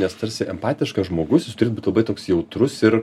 nes tarsi empatiškas žmogus jis turi būt labai toks jautrus ir